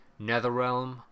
Netherrealm